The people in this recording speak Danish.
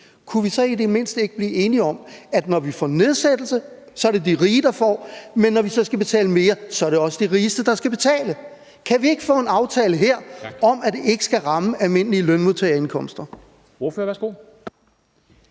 Kunne vi så i det mindste ikke blive enige om, at når vi får nedsættelse, er det de rige, der får, men når vi så skal betale mere, er det også de rigeste, der skal betale? Kan vi ikke få en aftale her om, at det ikke skal ramme almindelige lønmodtagerindkomster?